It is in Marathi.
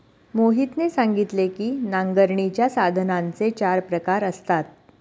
मोहितने सांगितले की नांगरणीच्या साधनांचे चार प्रकार असतात